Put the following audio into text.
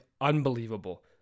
unbelievable